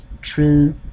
true